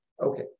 Okay